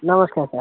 ନମସ୍କାର ସାର୍